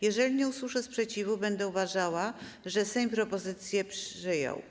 Jeżeli nie usłyszę sprzeciwu, będę uważała, że Sejm propozycję przyjął.